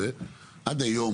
עד היום,